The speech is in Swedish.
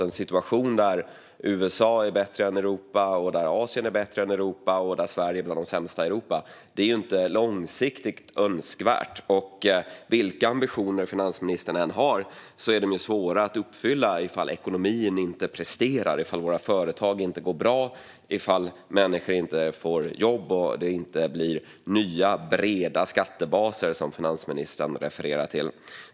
En situation där USA och Asien är bättre än Europa och där Sverige är bland de sämsta i Europa är såklart inte långsiktigt önskvärd. Vilka ambitioner finansministern än har är de svåra att uppfylla om ekonomin inte presterar, om våra företag inte går bra, om människor inte får jobb och om det inte blir nya, breda skattebaser, som finansministern refererade till.